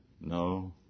No